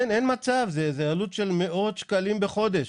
אין מצב, זו עלות של מאות שקלים בחודש.